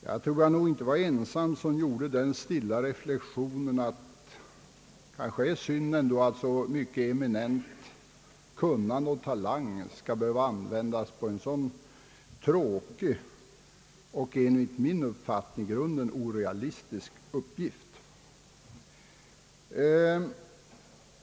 Jag tror inte att jag var ensam om att göra den stilla reflexionen att det kanske var synd att så mycket eminent kunnande och så stor talang skulle behöva användas på en så tråkig och enligt min uppfattning i grunden orealistisk uppgift.